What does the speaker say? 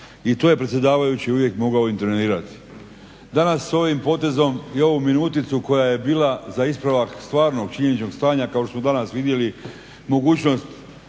i to je predsjedavajući uvijek mogao intervenirati. Danas se ovim potezom koja je bila za ispravak stvarnog činjeničnog stanja kao što smo danas vidjeli mogućnost